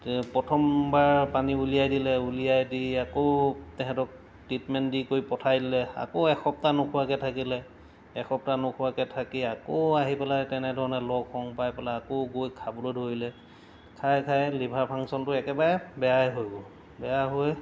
প্ৰথমবাৰ পানী উলিয়াই দিলে উলিয়াই দি আকৌ তেহেঁতক ট্ৰিটমেণ্ট দি কৰি পঠাই দিলে আকৌ এসপ্তাহ নোখোৱাকৈ থাকিলে এসপ্তাহ নোখোৱাকৈ থাকি আকৌ আহি পেলাই তেনেধৰণে লগ সং পাই পেলাই আকৌ গৈ খাবলৈ ধৰিলে খাই খাই লিভাৰ ফাংশ্যনটো একেবাৰে বেয়াই হৈ গ'ল বেয়া হৈ